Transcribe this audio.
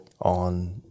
on